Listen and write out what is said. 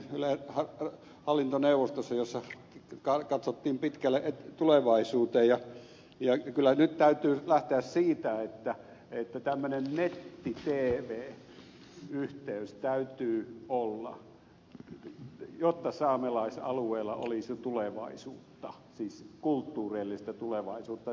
juuri tulin ylen hallintoneuvostosta jossa katsottiin pitkälle tulevaisuuteen ja kyllä nyt täytyy lähteä siitä että tämmöinen netti tv yhteys täytyy olla jotta saamelaisalueella olisi tulevaisuutta siis kulttuurillista tulevaisuutta